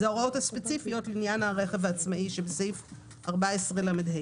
אלה ההוראות הספציפיות לעניין הרכב העצמאי בסעיף 14 לה.